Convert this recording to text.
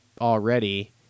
already